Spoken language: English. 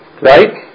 Right